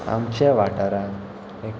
आमच्या वाठारांत एक